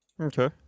Okay